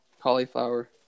Cauliflower